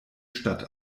stadt